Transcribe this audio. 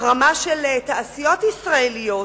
החרמה של תעשיות ישראליות